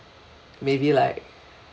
maybe like